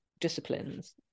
disciplines